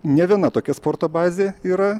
ne viena tokia sporto bazė yra